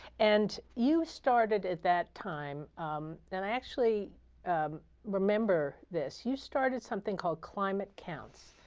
and you started at that time and i actually remember this. you started something called climate counts,